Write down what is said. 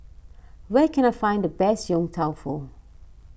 where can I find the best Yong Tau Foo